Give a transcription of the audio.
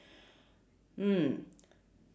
mm